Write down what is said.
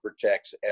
protects